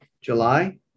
July